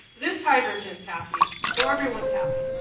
this hydrogen's happy, so everyone's happy.